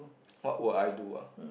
what would I do ah